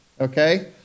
okay